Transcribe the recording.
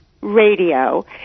Radio